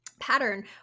pattern